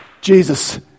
Jesus